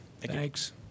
Thanks